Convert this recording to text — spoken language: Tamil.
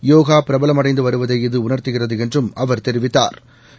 யோகா பிரபலமடைந்து வருவதை இது உணா்த்துகிறது என்றும் அவா் தெரிவித்தாா்